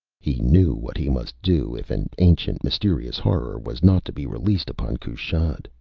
he knew what he must do, if an ancient, mysterious horror was not to be released upon kushat.